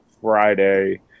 Friday